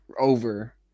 over